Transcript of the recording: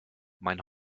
mein